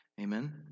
Amen